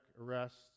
arrests